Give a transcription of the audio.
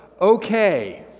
Okay